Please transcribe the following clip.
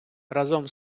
разом